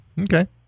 Okay